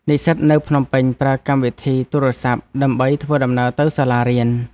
និស្សិតនៅភ្នំពេញប្រើកម្មវិធីទូរសព្ទ ដើម្បីធ្វើដំណើរទៅសាលារៀន។